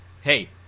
hey